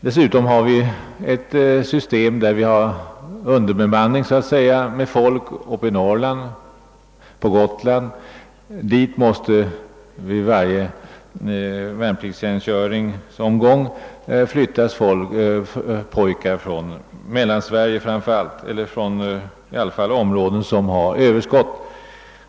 Dessutom har vi så att säga underbemanning uppe i Norrland och på Gotland. Dit måste vid varje värnpliktstjänstgöringsomgång «flyttas pojkar från framför allt Mellansverige, eller i varje fall från områden med överskott.